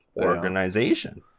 organization